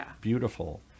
beautiful